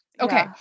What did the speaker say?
Okay